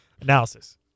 Analysis